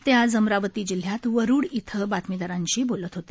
ते आज अमरावती जिल्ह्यात वरूड इथं बातमीदारांशी बोलत होते